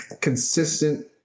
consistent